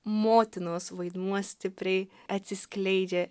motinos vaidmuo stipriai atsiskleidžia